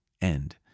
end